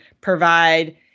provide